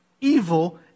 evil